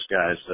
guys